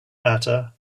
matter